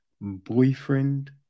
boyfriend